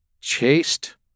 chaste